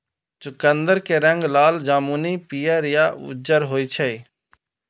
चुकंदर के रंग लाल, जामुनी, पीयर या उज्जर होइ छै